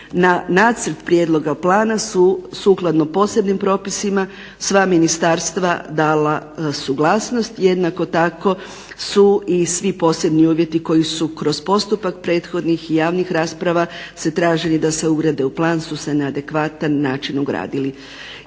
Na Nacrt prijedloga plana sukladno posebnim propisima sva ministarstva dala suglasnost. Jednako tako su i svi posebni uvjeti koji su kroz postupak prethodnih i javnih rasprava zatražili da se ugrade u plan su se na adekvatan način ugradili.